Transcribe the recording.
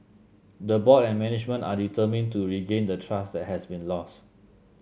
the board and management are determined to regain the trust that has been lost